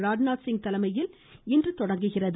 ராஜ்நாத்சிங் தலைமையில் இன்று தொடங்குகிறது